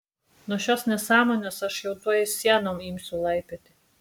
nuo šios nesąmonės aš jau tuoj sienom imsiu laipioti